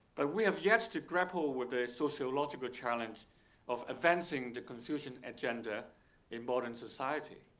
but we have yet to grapple with the sociological challenge of advancing the confucian agenda in modern society.